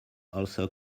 also